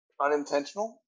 Unintentional